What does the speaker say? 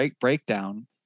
Breakdown